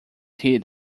hit